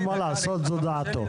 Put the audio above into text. אבל מה לעשות זו דעתו.